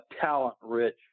talent-rich